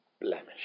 blemish